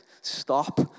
stop